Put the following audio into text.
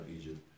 Egypt